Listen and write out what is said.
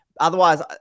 Otherwise